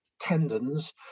tendons